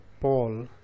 Paul